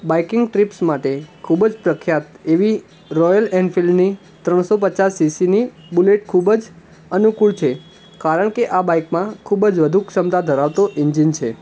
biking trips માટે ખૂબ જ પ્રખ્યાત એવી રૉયલ ઍનફિલ્ડની ત્રણસો પચાસ સીસીની બુલેટ ખૂબ જ અનુકૂળ છે કારણ કે આ બાઈકમાં ખૂબ જ વધુ ક્ષમતા ધરાવતું ઍન્જિન છે